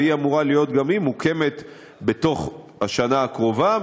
והיא אמורה להיות מוקמת בתוך השנה הקרובה,